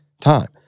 time